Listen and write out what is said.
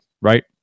right